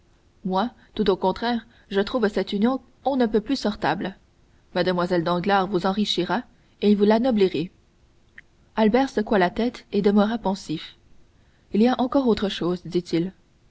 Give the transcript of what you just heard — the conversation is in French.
moi tout au contraire je trouve cette union on ne peut plus sortable mlle danglars vous enrichira et vous l'anoblirez albert secoua la tête et demeura pensif il y a encore autre chose dit-il